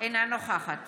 אינה נוכחת